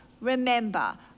remember